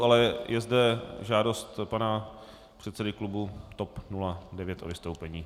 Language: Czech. Ale je zde žádost pana předsedy klubu TOP 09 o vystoupení.